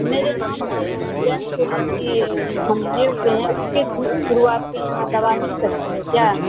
میرے نام سے انشورنس پالیسی ہم لیے ہوئے ہیں اس کے تھرو آپ کے یہاں دوا مل سکتی ہے کیا